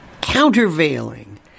countervailing